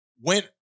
went